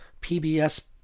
PBS